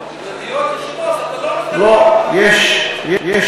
ולדירות ישנות אתם לא נותנים מענקים?